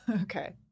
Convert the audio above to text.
Okay